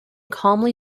calmly